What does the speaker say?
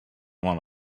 want